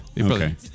Okay